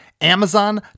Amazon